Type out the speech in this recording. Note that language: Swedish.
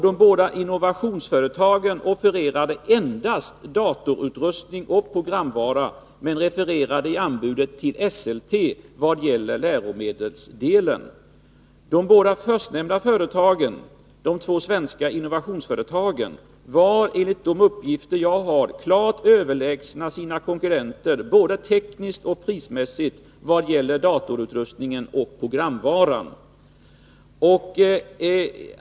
De båda innovationsföretagen offererade endast datorutrustning och programvara men refererade i anbudet till Esselte Studium vad gäller läromedel. De båda förstnämnda företagen, de två svenska innovationsföretagen, var enligt de uppgifter jag har klart överlägsna sina konkurrenter både tekniskt och prismässigt vad gäller datorutrustningen och programvaran.